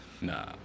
Nah